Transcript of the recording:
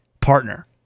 partner